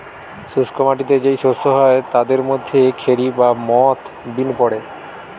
শুষ্ক মাটিতে যেই শস্য হয় তাদের মধ্যে খেরি বা মথ বিন পড়ে